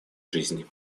жизни